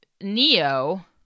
neo